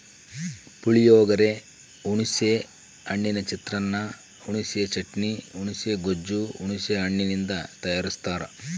ಪುಳಿಯೋಗರೆ, ಹುಣಿಸೆ ಹಣ್ಣಿನ ಚಿತ್ರಾನ್ನ, ಹುಣಿಸೆ ಚಟ್ನಿ, ಹುಣುಸೆ ಗೊಜ್ಜು ಹುಣಸೆ ಹಣ್ಣಿನಿಂದ ತಯಾರಸ್ತಾರ